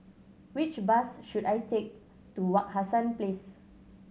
which bus should I take to Wak Hassan Place